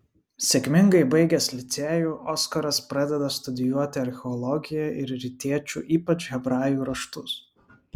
sėkmingai baigęs licėjų oskaras pradeda studijuoti archeologiją ir rytiečių ypač hebrajų raštus